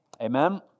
Amen